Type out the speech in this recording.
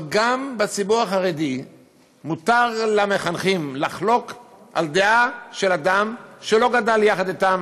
אבל גם בציבור החרדי מותר למחנכים לחלוק על דעה של אדם שלא גדל יחד אתם